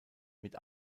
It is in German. mit